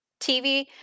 TV